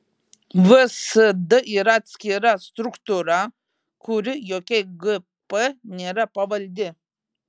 vsd yra atskira struktūra kuri jokiai gp nėra pavaldi